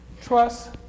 Trust